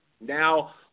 Now